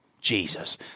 Jesus